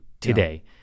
today